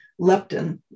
leptin